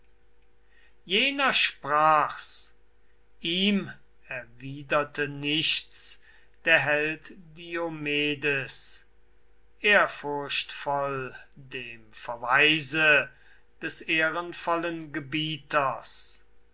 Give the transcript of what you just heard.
jener sprach's ihm erwiderte nichts der held diomedes ehrfurchtvoll dem verweise des ehrenvollen gebieters